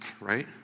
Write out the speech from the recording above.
right